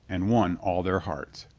and won all their hearts.